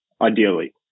Ideally